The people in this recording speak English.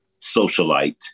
socialite